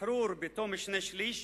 שחרור בתום שני-שלישים,